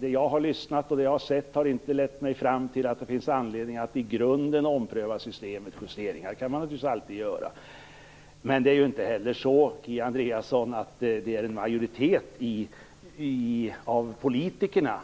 Det jag har hört och sett har inte lett fram till att jag har funnit någon anledning att i grunden ompröva systemet. Justeringar kan man naturligtvis alltid göra. Men, Kia Andreasson, det är inte någon majoritet av politikerna